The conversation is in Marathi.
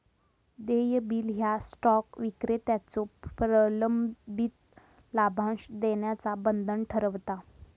देय बिल ह्या स्टॉक विक्रेत्याचो प्रलंबित लाभांश देण्याचा बंधन ठरवता